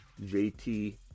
JT